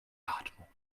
atmung